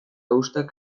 uztak